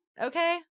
Okay